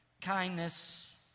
kindness